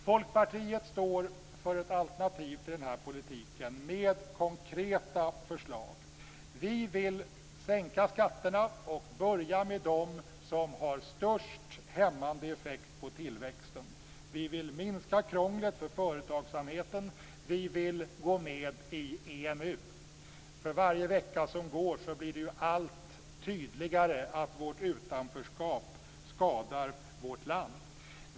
Folkpartiet står för ett alternativ till politiken med hjälp av konkreta förslag. Vi vill sänka skatterna, och vi vill börja med dem som har störst hämmande effekt på tillväxten. Vi vill minska krånglet för företagsamheten. Vi vill gå med i EMU. För varje vecka som går blir det allt tydligare att vårt utanförskap skadar vårt land.